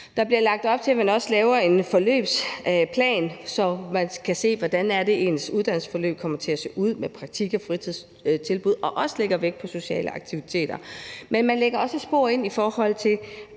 Der bliver lagt op til, at der også bliver lavet en forløbsplan, så man kan se, hvordan ens uddannelsesforløb kommer til at se ud med praktik og fritidstilbud, og at der også lægges vægt på sociale aktiviteter. Men der bliver også lagt et spor ind i forhold til